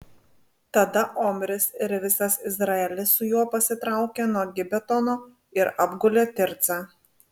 tada omris ir visas izraelis su juo pasitraukė nuo gibetono ir apgulė tircą